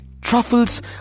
truffles